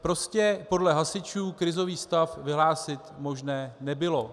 Prostě podle hasičů krizový stav vyhlásit možné nebylo.